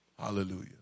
hallelujah